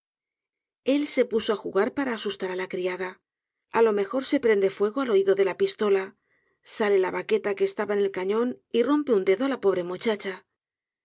el se puso á jugar para asustar ala criada á lo mejor se prende fuego al oído de la pistola sale la baqueta que estaba en el cañón y rompe un dedo á la pobre muchacha